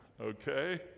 okay